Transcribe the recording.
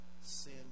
sin